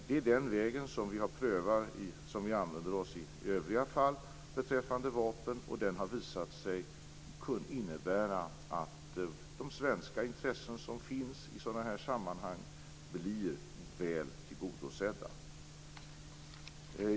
Det är den väg som vi använder i övriga fall beträffande vapen, och den har visat sig innebära att de svenska intressen som finns i sådana här sammanhang blir väl tillgodosedda.